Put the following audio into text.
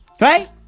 Right